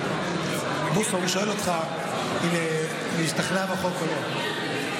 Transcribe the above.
הוא שואל אותך אם להשתכנע בחוק או לא.